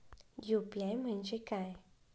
UPI म्हणजे काय?